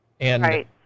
Right